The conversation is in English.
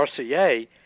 RCA